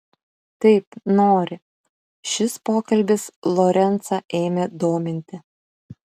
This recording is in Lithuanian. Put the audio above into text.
taip nori šis pokalbis lorencą ėmė dominti